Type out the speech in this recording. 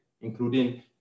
including